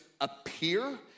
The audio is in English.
appear